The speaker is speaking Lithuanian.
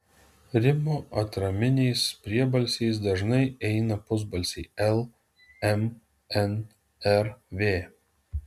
rimo atraminiais priebalsiais dažnai eina pusbalsiai l m n r v